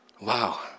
Wow